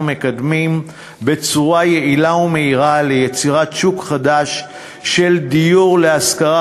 מקדמים בצורה יעילה ומהירה ליצירת שוק חדש של דיור להשכרה,